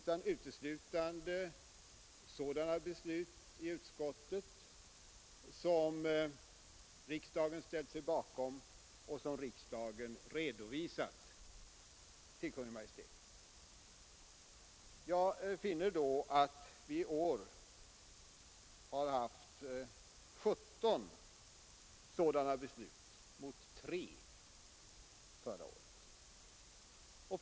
Jag har enbart tagit med sådana beslut i utskottet som riksdagen sedan har ställt sig bakom och redovisat till Kungl. Maj:t. Då har jag funnit att utskottet i år har fattat 17 sådana beslut mot 3 förra året.